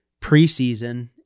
preseason